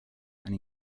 and